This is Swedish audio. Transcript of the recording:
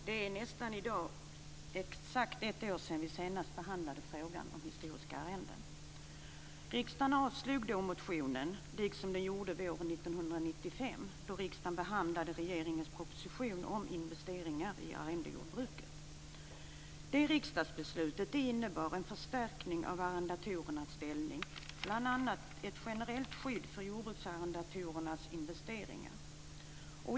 Fru talman! Det är i dag nästan exakt ett år sedan vi senast behandlade frågan om historiska arrenden. Riksdagen avslog då motionen, liksom den gjorde våren 1995 då riksdagen behandlade regeringens proposition om investeringar i arrendejordbruket. Det riksdagsbeslutet innebar en förstärkning av arrendatorernas ställning, bl.a. ett generellt skydd för jordbruksarrendatorernas investeringar.